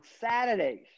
Saturdays